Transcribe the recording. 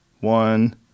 one